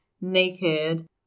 naked